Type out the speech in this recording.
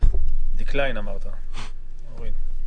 מה שלא צריך, להוריד.